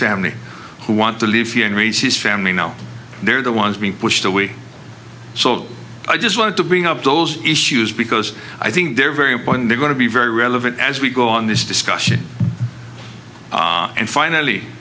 family who want to live here and reach his family now they're the ones being pushed away so i just wanted to bring up those issues because i think they're very important they're going to be very relevant as we go on this discussion and finally